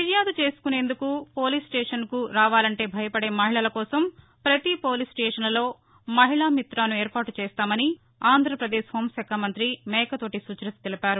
ఫిర్యాదు చేసేందుకు పోలీస్సేషనకు రావాలంటే భయపడే మహిళల కోసం పతి పోలీస్సేషనలో మహిళా మిత్రను ఏర్పాటు చేస్తున్నామని ఆంధ్రప్రదేశ్ హోంశాఖ మంత్రి మేకతోటీ సుచరిత తెలిపారు